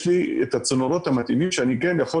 יש לי את הצינורות המתאימים שאני כן יכול